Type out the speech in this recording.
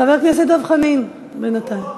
חבר הכנסת דב חנין, בינתיים.